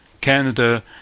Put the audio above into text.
Canada